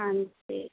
ਹਾਂਜੀ